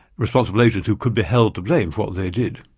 responsible agents who could be held to blame for what they did.